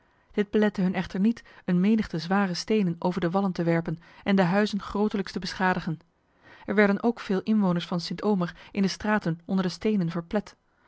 dit belette hun echter niet een menigte zware stenen over de wallen te werpen en de huizen grotelijks te beschadigen er werden ook veel inwoners van st omer in de straten onder de stenen